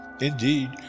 Indeed